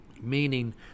Meaning